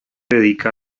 dedica